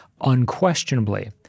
Unquestionably